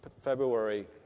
February